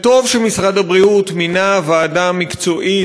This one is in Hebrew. טוב שמשרד הבריאות מינה ועדה מקצועית,